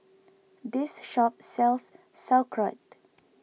this shop sells Sauerkraut